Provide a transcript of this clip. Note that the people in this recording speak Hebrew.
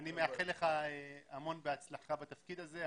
מאחל לך המון בהצלחה בתפקיד הזה.